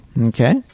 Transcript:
Okay